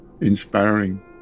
inspiring